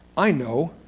i know,